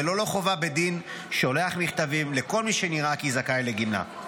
וללא חובה בדין שולח מכתבים לכל מי שנראה כי זכאי לגמלה.